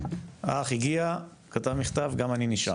האח הגיע, כתב מכתב גם אני נשאר.